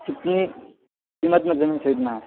کتنی قیمت میں زمین خریدنا ہے